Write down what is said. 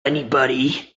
anybody